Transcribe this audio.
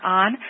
on